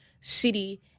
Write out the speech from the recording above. City